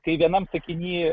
kai vienam sakiny